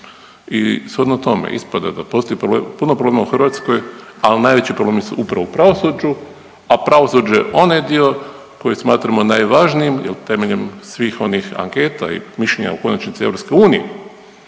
I shodno tome ispada da postoji puno problema u Hrvatskoj, ali najveći problemi su upravo u pravosuđu, a pravosuđe je onaj dio koji smatramo najvažnijim jer temeljem svih onih anketa i mišljenja u konačnici EU